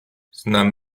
znam